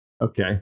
Okay